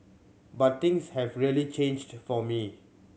but things have really changed for me